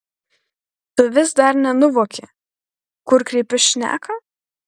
tu vis dar nenuvoki kur kreipiu šneką